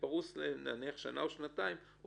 כשזה פרוס לשנה או שנתיים נניח,